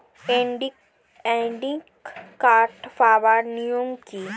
Credit card পাওয়ার নিয়ম কী?